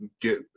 get